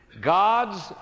God's